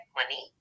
money